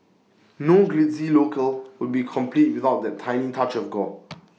no glitzy locale would be complete without that tiny touch of gore